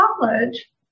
college